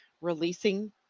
releasing